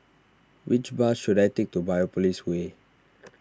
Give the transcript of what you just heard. which bus should I take to Biopolis Way